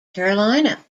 carolina